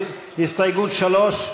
הסתייגות 3,